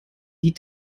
die